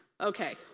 Okay